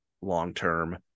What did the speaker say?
long-term